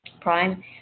prime